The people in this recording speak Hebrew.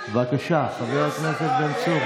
בבקשה, חבר הכנסת בן צור.